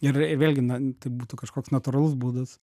ir i vėlgi na tai būtų kažkoks natūralus būdas